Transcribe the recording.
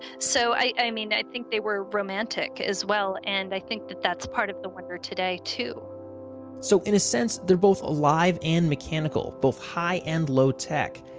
so, i i mean, i think they were romantic as well, and i think that that's part of the wonder today, too so, in a sense, they're both alive and mechanical. both high and low tech.